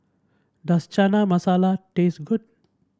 does Chana Masala taste good